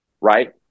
Right